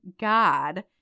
God